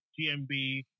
GMB